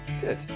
Good